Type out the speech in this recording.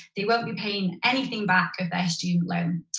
they won't be paying anything back of their student loan.